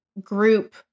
group